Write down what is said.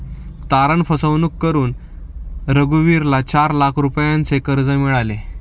तारण फसवणूक करून रघुवीरला चार लाख रुपयांचे कर्ज मिळाले